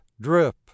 drip